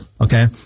Okay